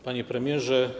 Panie Premierze!